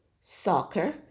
soccer